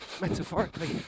metaphorically